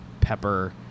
pepper